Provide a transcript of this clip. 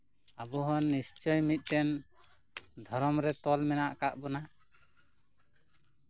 ᱟᱵᱚ ᱦᱚᱸ ᱱᱤᱥᱪᱳᱭ ᱢᱤᱫᱴᱮᱱ ᱫᱷᱚᱨᱚᱢ ᱨᱮ ᱛᱚᱞ ᱢᱮᱱᱟᱜ ᱟᱠᱟᱫ ᱵᱚᱱᱟ